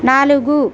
నాలుగు